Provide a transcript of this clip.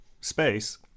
space